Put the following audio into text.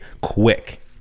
quick